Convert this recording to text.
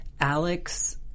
Alex